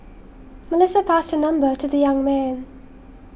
Melissa passed her number to the young man